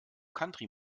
country